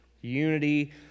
unity